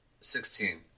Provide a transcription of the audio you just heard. Sixteen